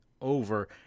over